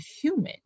human